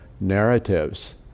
narratives